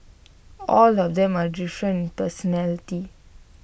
all of them are different personality